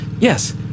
Yes